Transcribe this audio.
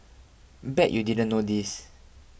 bet you didn't know this